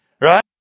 right